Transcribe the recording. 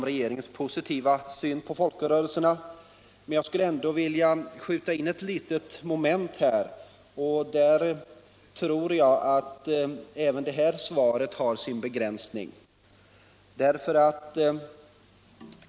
Regeringens positiva syn på folkrörelserna understryks också senare i svaret. Jag skulle ändå vilja skjuta in ett litet moment, där jag tror att även det här svaret har sin begränsning.